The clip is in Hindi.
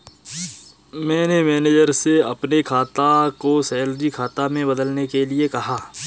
मैंने मैनेजर से अपने खाता को सैलरी खाता में बदलने के लिए कहा